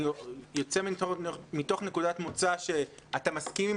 אני יוצא מתוך נקודת מוצא שאתה מסכים עם